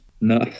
No